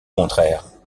contraires